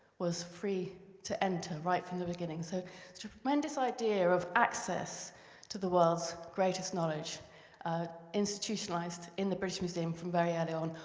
was free to enter right from the beginning. so, this tremendous idea of access to the world's greatest knowledge institutionalized in the british museum from very early on.